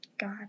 God